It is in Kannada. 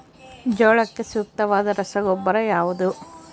ಜೋಳಕ್ಕೆ ಸೂಕ್ತವಾದ ರಸಗೊಬ್ಬರ ಯಾವುದು?